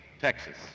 Texas